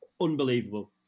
Unbelievable